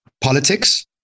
politics